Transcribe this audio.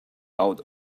out